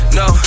no